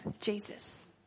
Jesus